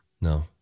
No